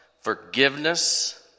forgiveness